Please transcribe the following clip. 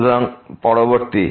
সুতরাং পরবর্তী